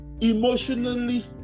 emotionally